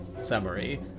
summary